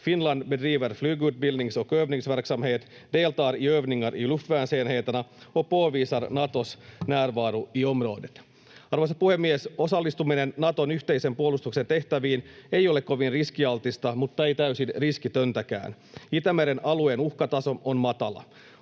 Finland bedriver flygutbildnings- och övningsverksamhet, deltar i övningar i luftvärnsenheterna och påvisar Natos närvaro i området. Arvoisa puhemies! Osallistuminen Naton yhteisen puolustuksen tehtäviin ei ole kovin riskialtista mutta ei täysin riskitöntäkään. Itämeren alueen uhkataso on matala.